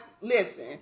listen